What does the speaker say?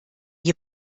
ihr